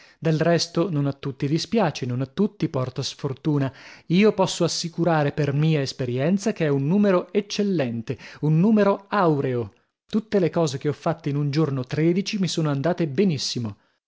del resto non a tutti dispiace non a tutti porta sfortuna io posso assicurare per mia esperienza che è un numero eccellente un numero aureo tutte le cose che ho fatte in un giorno tredici mi sono andate benissimo